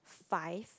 five